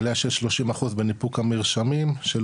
עלייה של שלושים אחוז בניפוק המרשמים של